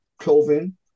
clothing